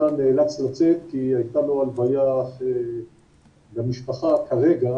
נאלץ לצאת כי הייתה לו הלוויה במשפחה כרגע.